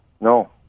no